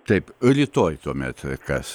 taip rytoj tuomet kas